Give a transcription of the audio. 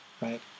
right